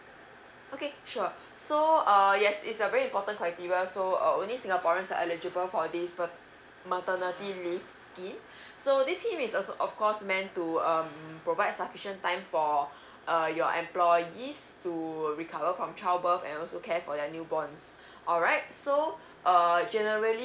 okay sure so uh yes it's a very important criteria so uh only singaporeans are eligible for this pat~ maternity leave scheme so this scheme is also of course meant to um provide sufficient time for uh your employees to recover from child birth and also care for their newborns alright so err generally